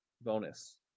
bonus